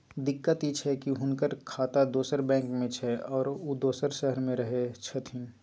दिक्कत इ छै की हुनकर खाता दोसर बैंक में छै, आरो उ दोसर शहर में रहें छथिन